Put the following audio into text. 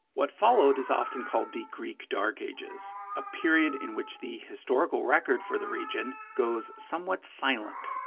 what followed is often called the greek dark ages a period in which the historical record for the region goes somewhat silent.